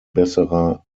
besserer